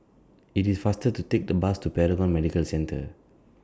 IT IS faster to Take The Bus to Paragon Medical Centre